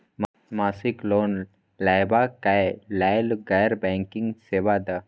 मासिक लोन लैवा कै लैल गैर बैंकिंग सेवा द?